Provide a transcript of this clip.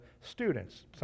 students